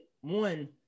one